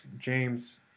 James